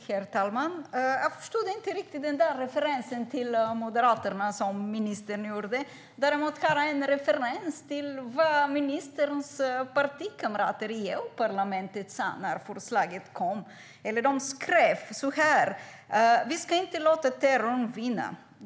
Herr talman! Jag förstod inte riktigt referensen till Moderaterna som ministern gjorde. Däremot kan jag göra en referens till vad ministerns partikamrater i EU-parlamentet tyckte när förslaget kom. De skrev så här: Vi ska inte låta terrorn vinna.